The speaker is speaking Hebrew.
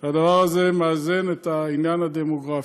והדבר הזה מאזן את העניין הדמוגרפי.